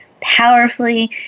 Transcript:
powerfully